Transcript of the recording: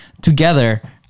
together